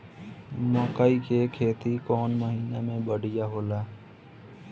मकई के खेती कौन महीना में बढ़िया होला?